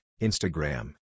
Instagram